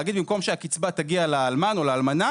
להגיד במקום שהקצבה תגיע לאלמן או לאלמנה